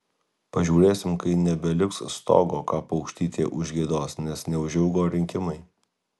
pažiūrėsim kai nebeliks stogo ką paukštytė užgiedos nes neužilgo rinkimai